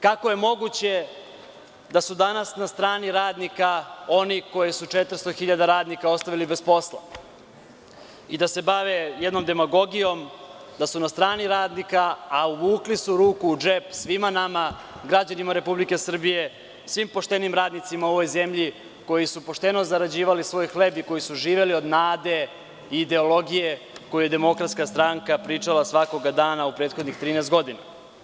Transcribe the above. Kako je moguće da su danas na strani radnika oni koji su 400 hiljada radnika ostavili bez posla i da se bave jednom demagogijom da su na strani radnika, a uvukli su ruku u džep svima nama, građanima Republike Srbije, svim poštenim radnicima u ovoj zemlji koji su pošteno zarađivali svoj hleb i koji su živeli od nade i ideologije koju je DS pričala svakog dana u prethodnih 13 godina.